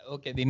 Okay